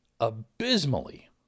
abysmally